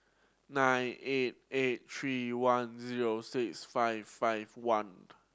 nine eight eight three one zero six five five one